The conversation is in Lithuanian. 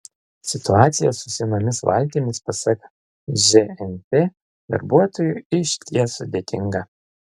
situacija su senomis valtimis pasak žnp darbuotojų išties sudėtinga